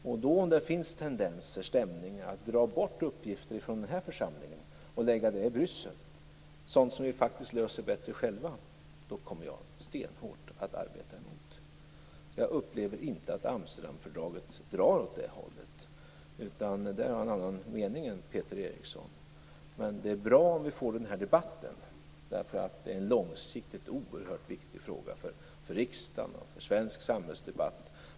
Om det finns tendenser, stämningar, att dra bort uppgifter från den här församlingen och lägga dem i Bryssel, sådant som vi faktiskt löser bättre själva, så kommer jag stenhårt att arbeta emot detta. Jag upplever inte att Amsterdamfördraget drar åt det hållet. Där har jag en annan mening än Peter Eriksson. Men det är bra om vi får den här debatten. Det är en långsiktigt oerhört viktig fråga för riksdagen och för svensk samhällsdebatt.